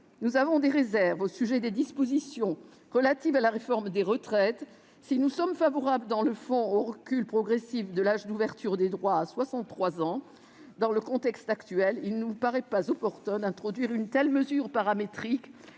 Nous avons des réserves au sujet des dispositions relatives à la réforme des retraites. Si nous sommes favorables sur le fond au recul progressif de l'âge d'ouverture des droits à 63 ans, il ne nous paraît pas opportun d'introduire dans le contexte actuel